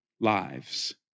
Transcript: lives